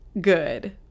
good